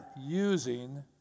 using